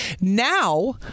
Now